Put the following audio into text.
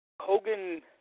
Hogan